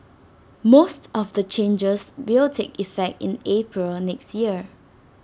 most of the changes will take effect in April next year